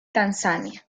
tanzania